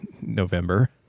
November